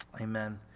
Amen